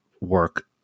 work